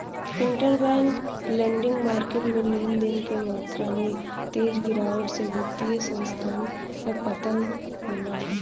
interbank lending market में लेन देन क मात्रा में तेज गिरावट से वित्तीय संस्थान क पतन होला